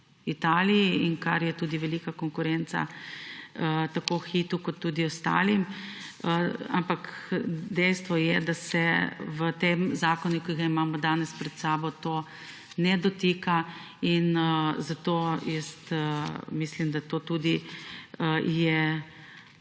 Italiji, kar je velika konkurenca tako Hitu kot tudi ostalim. Ampak dejstvo je, da se za zakon, ki ga imamo danes pred sabo, tega ne dotika, in zato jaz mislim, da je